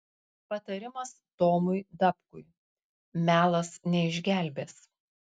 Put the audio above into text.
patarimas tomui dapkui melas neišgelbės